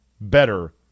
better